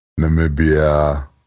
Namibia